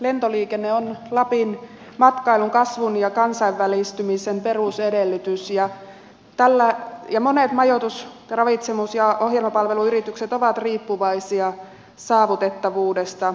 lentoliikenne on lapin matkailun kasvun ja kansainvälistymisen perusedellytys ja monet majoitus ravitsemus ja ohjelmapalveluyritykset ovat riippuvaisia saavutettavuudesta